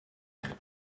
eich